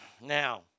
Now